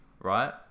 Right